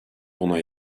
buna